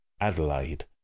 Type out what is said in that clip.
Adelaide